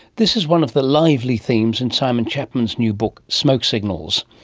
this is one of the lively themes in simon chapman's new book, smokes signals.